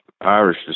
Irish